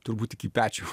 turbūt iki pečių